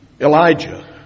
Elijah